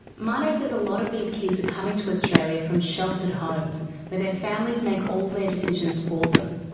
mano says a lot of these kids are coming to australia from sheltered homes, where their families make all their decisions for them.